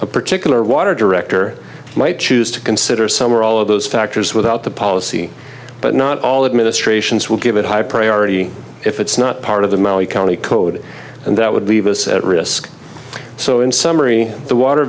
a particular water director might choose to consider some or all of those factors without the policy but not all administrations will give it high priority if it's not part of the maui county code and that would leave us at risk so in summary the water